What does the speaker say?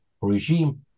regime